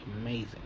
Amazing